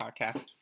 podcast